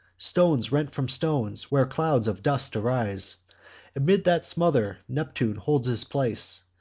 stones rent from stones where clouds of dust arise amid that smother neptune holds his place,